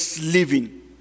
living